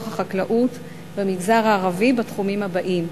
החקלאות במגזר הערבי בתחומים הבאים: